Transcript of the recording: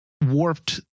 warped